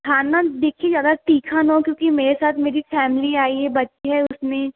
खाना देखिए ज़्यादा तीखा ना हो क्योंकि मेरे साथ मेरी फ़ैमिली आई है बच्चे हैं उसमें